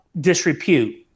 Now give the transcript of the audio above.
disrepute